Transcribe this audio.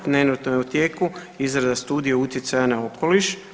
Trenutno je u tijeku izrada studije utjecaja na okoliš.